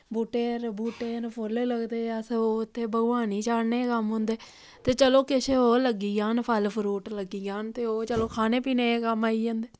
बूह्टें र बूह्टें र फुल्ल लगदे अस ओह् उत्थै भगवान गी चाढ़ने दे कम्म औंदे ते चलो किश ओह् लग्गी जान फल फ्रूट लग्गी जान ते ओह् चलो खाने पीने दे कम्म आई जंदे